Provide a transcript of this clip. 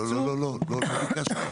לא ביקשתי,